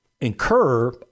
incur